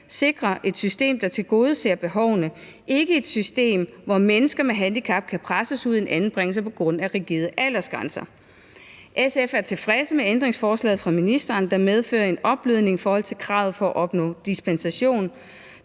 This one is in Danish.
sikre et system, der tilgodeser behovene – ikke et system, hvor mennesker med handicap kan presses ud i en anbringelse på grund af rigide aldersgrænser. Vi er i SF er tilfredse med ændringsforslaget fra ministeren, der medfører en opblødning i forhold til kravet for at opnå dispensation.